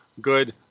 Good